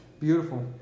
Beautiful